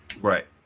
Right